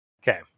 Okay